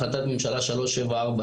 החלטת ממשלה 3740,